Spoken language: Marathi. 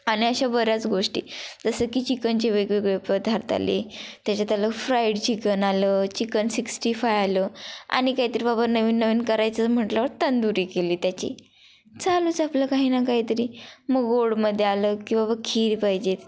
आणि अशा बऱ्याच गोष्टी जसं की चिकनचे वेगवेगळे पदार्थ आले त्याच्यात आलं फ्राईड चिकन आलं चिकन सिक्स्टी फाय आलं आणि काहीतरी बाबा नवीन नवीन करायचं म्हटल्यावर तंदुरी केली त्याची चालूच आपलं काही ना काहीतरी मग गोडमध्ये आलं की बाबा खीर पाहिजेच